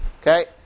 Okay